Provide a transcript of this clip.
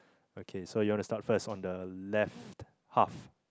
okay so you want to start first on the left half